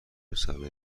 صلاحی